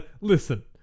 listen